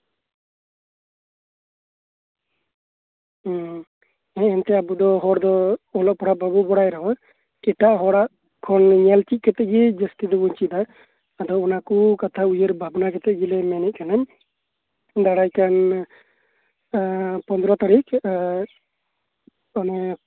ᱮᱱᱛᱮᱫ ᱟᱵᱚ ᱚᱞᱚᱜ ᱯᱟᱲᱦᱟᱜ ᱵᱟᱵᱚᱱ ᱵᱟᱲᱟᱭ ᱨᱮᱦᱚᱸ ᱮᱴᱟᱜ ᱦᱚᱲᱟᱜ ᱧᱮᱞ ᱪᱮᱫ ᱠᱟᱛᱮ ᱜᱮ ᱡᱟᱹᱥᱛᱤ ᱫᱚᱵᱚᱱ ᱪᱮᱫᱟ ᱟᱫᱚ ᱚᱱᱟᱠᱚ ᱠᱟᱛᱷᱟ ᱜᱮ ᱩᱭᱦᱟᱹᱨ ᱵᱷᱟᱵᱱᱟ ᱠᱟᱛᱮ ᱟᱢ ᱫᱟᱨᱟᱭ ᱠᱟᱱ ᱯᱚᱸᱫᱽᱨᱚ ᱛᱟᱨᱤᱠᱷ